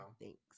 Thanks